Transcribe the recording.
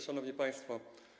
Szanowni Państwo!